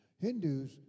Hindus